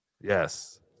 Yes